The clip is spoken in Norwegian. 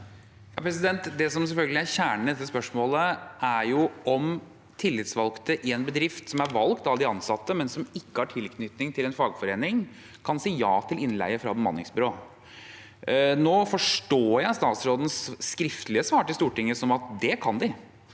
Det som selvfølgelig er kjernen i dette spørsmålet, er om tillitsvalgte i en bedrift som er valgt av de ansatte, men som ikke har tilknytning til en fagforening, kan si ja til innleie fra bemanningsbyråer. Nå forstår jeg statsrådens skriftlige svar til Stortinget som at de kan det.